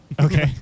Okay